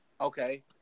Okay